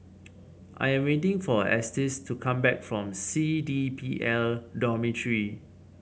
I am waiting for Estes to come back from C D P L Dormitory